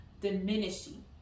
diminishing